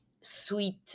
sweet